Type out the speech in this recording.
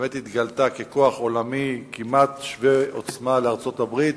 באמת התגלתה ככוח עולמי כמעט שווה-עוצמה לארצות-הברית,